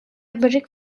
break